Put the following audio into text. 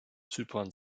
zypern